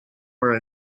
were